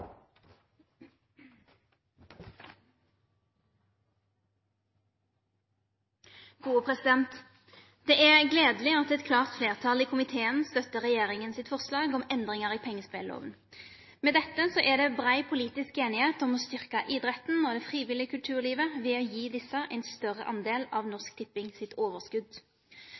at eit klart fleirtal i komiteen støttar opp om regjeringas forslag om endringar i pengespellova. Med dette er det brei politisk einigheit om å styrke idretten og det frivillige kulturlivet ved å gi desse ein større del av Norsk Tippings overskot.